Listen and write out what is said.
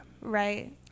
Right